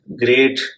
great